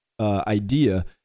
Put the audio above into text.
idea